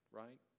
right